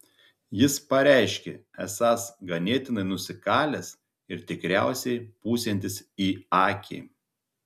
jis pareiškė esąs ganėtinai nusikalęs ir tikriausiai pūsiantis į akį